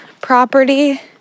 property